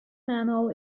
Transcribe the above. manual